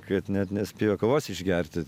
kad net nespėjo kavos išgerti